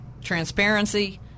transparency